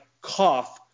cough